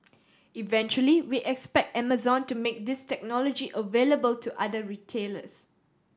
eventually we expect Amazon to make this technology available to other retailers